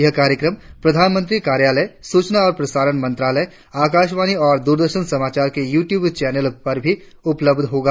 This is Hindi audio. यह कार्यक्रम प्रधानमंत्री कार्यालय सूचना और प्रसारण मंत्रालय आकाशवाणी और दूरदर्शन समाचार के यू ट्यूब चैनलों पर भी उपलब्ध होगा